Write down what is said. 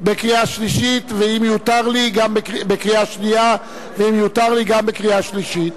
בקריאה שנייה, ואם יותר לי, גם בקריאה שלישית.